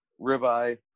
ribeye